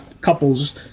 couples